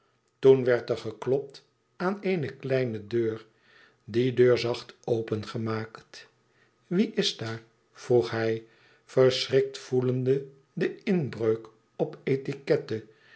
toen werd er geklopt aan een kleine deur die deur zacht opengemaakt wie is daar vroeg hij verschrikt voelende den inbreuk op etiquette